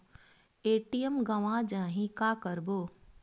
ATM गवां जाहि का करबो?